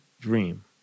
dream